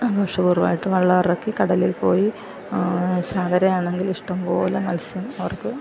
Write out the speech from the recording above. ആഘോഷപൂർവമായിട്ട് വള്ളം ഇറക്കി കടലിൽ പോയി ചാകരയാണെങ്കിൽ ഇഷ്ടംപോലെ മൽസ്യം അവർക്ക് കിട്ടും